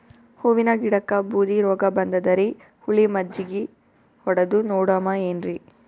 ಹೂವಿನ ಗಿಡಕ್ಕ ಬೂದಿ ರೋಗಬಂದದರಿ, ಹುಳಿ ಮಜ್ಜಗಿ ಹೊಡದು ನೋಡಮ ಏನ್ರೀ?